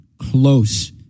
close